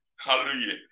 hallelujah